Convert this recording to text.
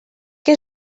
que